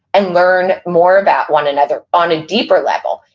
and learn more about one another, on a deeper level,